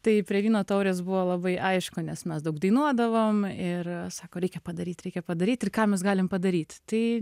tai prie vyno taurės buvo labai aišku nes mes daug dainuodavom ir sako reikia padaryt reikia padaryt ir ką mes galim padaryt tai